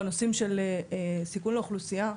בנושאים של סיכון לאוכלוסייה,